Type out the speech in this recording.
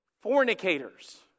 fornicators